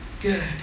good